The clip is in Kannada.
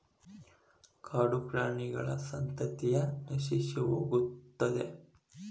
ಕಾಡುಪ್ರಾಣಿಗಳ ಸಂತತಿಯ ನಶಿಸಿಹೋಗುತ್ತದೆ